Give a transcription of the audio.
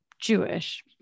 Jewish